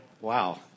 Wow